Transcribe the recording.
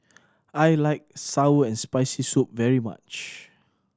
I like sour and Spicy Soup very much